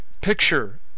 Picture